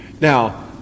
Now